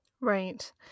Right